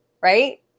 right